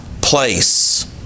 place